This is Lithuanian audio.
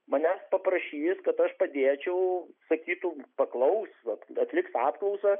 manęs paprašys kad aš padėčiau sakytų paklaus vat atliks apklausą